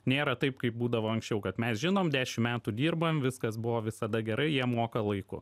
nėra taip kaip būdavo anksčiau kad mes žinom dešim metų dirbam viskas buvo visada gerai jie moka laiku